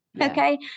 Okay